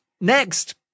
next